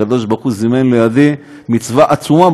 הקדוש ברוך הוא זימן לידי מצווה עצומה,